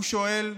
הוא שואל.